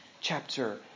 chapter